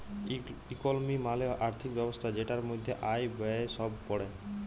ইকলমি মালে আর্থিক ব্যবস্থা জেটার মধ্যে আয়, ব্যয়ে সব প্যড়ে